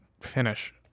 finish